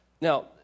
Now